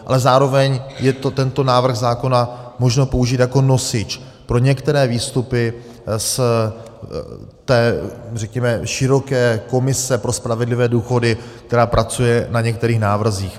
Ale zároveň je tento návrh zákona možno použít jako nosič pro některé výstupy z té, řekněme, široké Komise pro spravedlivé důchody, která pracuje na některých návrzích.